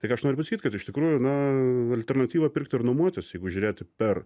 tai ką aš noriu pasakyt kad iš tikrųjų na alternatyvą pirkti ar nuomotis jeigu žiūrėti per